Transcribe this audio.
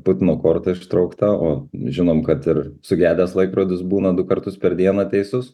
putino korta ištraukta o žinom kad ir sugedęs laikrodis būna du kartus per dieną teisus